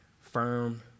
Firm